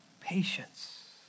patience